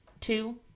two